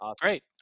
great